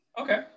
Okay